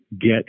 get